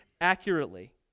accurately